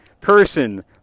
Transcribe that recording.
Person